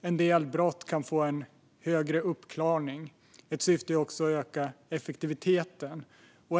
en del brott kan få en högre uppklaringsgrad. Ett syfte är också att öka effektiviteten.